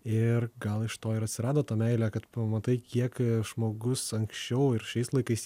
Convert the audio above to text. ir gal iš to ir atsirado ta meilė kad pamatai kiek žmogus anksčiau ir šiais laikais